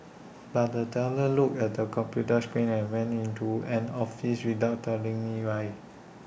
but the teller looked at the computer screen and went into an office without telling me why